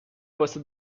واسه